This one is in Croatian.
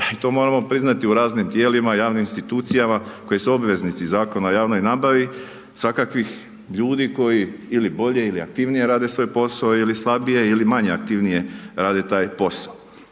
to moramo priznati u raznim tijelima, javnim institucijama koji su obveznici Zakona o javnoj nabavi, svakakvih ljudi koji ili bolje ili aktivnije rade svoj posao ili slabije ili manje aktivnije rade taj posao.